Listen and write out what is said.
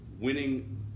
winning